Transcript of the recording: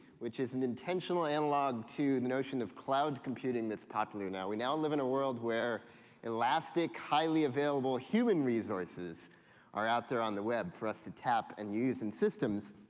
which is an intentional analog to the notion of cloud computing that's popular now. we now live in a world where elastic, highly-available human resources are out there on the web, for us to tap and use in systems,